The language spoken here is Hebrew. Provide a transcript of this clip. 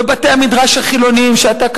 ובתי-המדרש החילוניים שאתה,